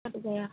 cut गया